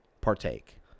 Partake